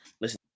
listen